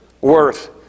worth